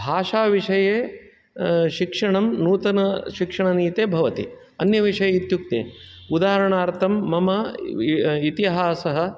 भाषा विषये शिक्षणं नूतनशिक्षणनीते भवति अन्यविषयः इत्युक्ते उदाहरणार्थं मम इतिहासः